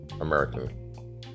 American